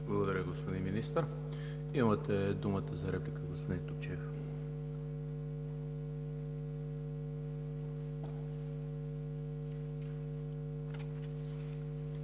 Благодаря, господин Министър. Имате думата за реплика, господин Топчиев.